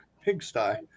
pigsty